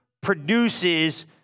produces